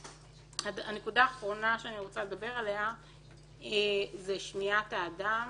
הנקודה האחרונה שאני רוצה לדבר עליה זה שמיעת האדם.